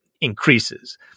increases